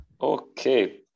Okay